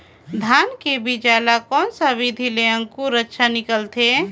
धान के बीजा ला कोन सा विधि ले अंकुर अच्छा निकलथे?